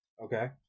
Okay